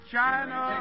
China